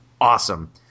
awesome